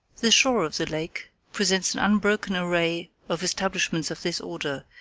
the shore of the lake presents an unbroken array of establishments of this order,